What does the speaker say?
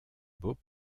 beau